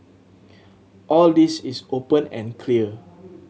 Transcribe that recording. all this is open and clear